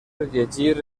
llegir